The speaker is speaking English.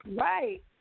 Right